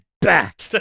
back